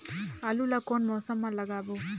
आलू ला कोन मौसम मा लगाबो?